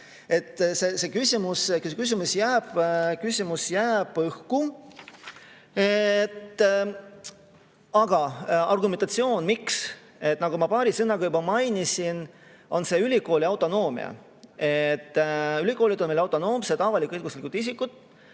see küsimus jääb õhku. Aga argumentatsioon, miks. Nagu ma paari sõnaga juba mainisin, see on ülikooli autonoomia. Ülikoolid on meil autonoomsed avalik-õiguslikud isikud.